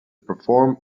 perform